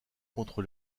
contre